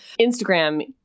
Instagram